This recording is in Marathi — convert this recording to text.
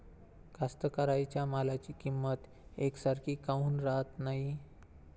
कास्तकाराइच्या मालाची किंमत यकसारखी काऊन राहत नाई?